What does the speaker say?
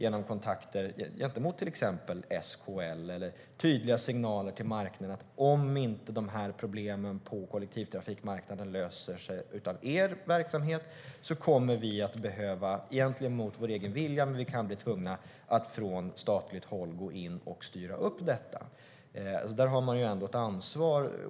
I kontakter med till exempel SKL eller genom tydliga signaler till marknaden kan man föra fram att om dessa problem på kollektivtrafikmarknaden inte löses av er verksamhet kommer vi att mot vår vilja vara tvungna att från statligt håll gå in och styra upp detta.